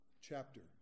chapter